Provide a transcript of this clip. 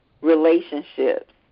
relationships